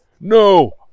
No